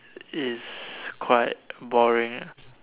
is quite boring ah